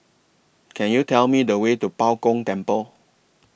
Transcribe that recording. Can YOU Tell Me The Way to Bao Gong Temple